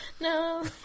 No